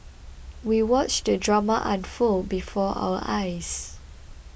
we watched the drama unfold before our eyes